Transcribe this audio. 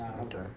Okay